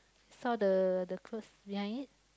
saw the the clothes behind it